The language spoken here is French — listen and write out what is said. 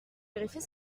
vérifier